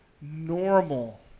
normal